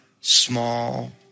small